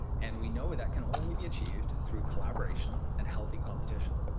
and we know that can only be achieved through collaboration and healthy competition.